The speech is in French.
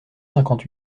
cinquante